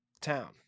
town